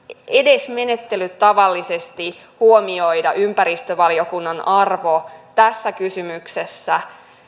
edes menettelytavallisesti huomioida ympäristövaliokunnan arvo tässä kysymyksessä